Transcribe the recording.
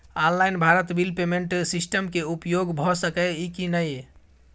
Online Bharat bill payment system के उपयोग भ सके इ की नय?